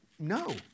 No